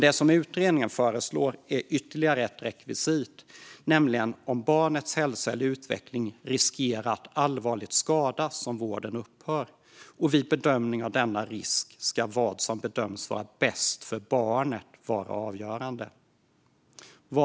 Det utredningen föreslår är ytterligare ett rekvisit, nämligen om barnets hälsa eller utveckling riskerar att allvarligt skadas om vården upphör. Vid bedömning av denna risk ska vad som bedöms vara bäst för barnet vara avgörande.